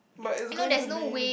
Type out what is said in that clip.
but it's going to be